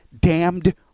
damned